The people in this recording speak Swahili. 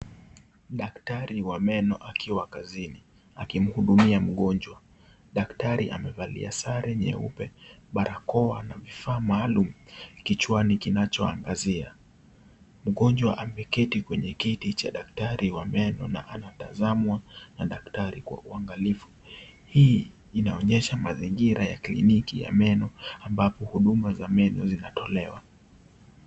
Daktari wa meno akiwa kazini akimhudhumia mgonjwa. Daktari amevalia sare nyeupe, barakoa na vifaa maalum kichwani kinachoangazia. Mgonjwa ameketi kwenye kiti cha daktari wa meno na anatazamwa na daktari Kwa uangalifu hii inaonyesha mazingira ya kliniki ya meno ambapo huduma za meno hutolewa.